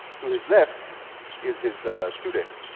to his left is his student.